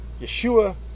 Yeshua